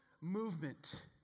movement